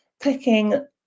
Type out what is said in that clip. clicking